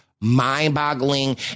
mind-boggling